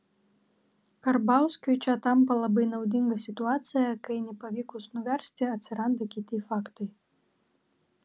karbauskiui čia tampa labai naudinga situacija kai nepavykus nuversti atsiranda kiti faktai